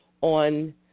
on